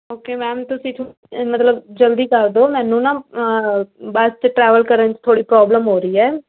okay ma'am ਤੁਸੀਂ ਮਤਲਬ ਜਲਦੀ ਕਰ ਦਿਓ ਮੈਨੂੰ ਨਾ ਬਸ 'ਚ ਟਰੈਵਲ ਕਰਨ 'ਚ ਥੋੜ੍ਹੀ ਪ੍ਰੋਬਲਮ ਹੋ ਰਹੀ ਹੈ